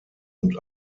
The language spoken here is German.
und